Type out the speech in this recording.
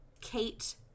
Kate